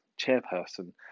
chairperson